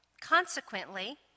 Consequently